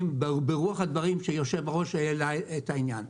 ברוח הדברים שהיושב ראש העלה את העניין.